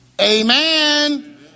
Amen